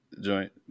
joint